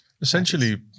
Essentially